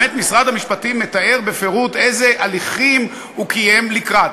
באמת משרד המשפטים מתאר בפירוט איזה הליכים הוא קיים לקראת.